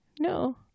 No